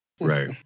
Right